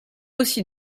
aussi